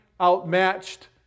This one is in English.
outmatched